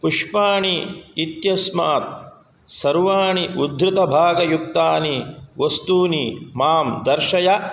पुष्पाणि इत्यस्मात् सर्वाणि उद्धृतभागयुक्तानि वस्तूनि मां दर्शय